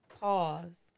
Pause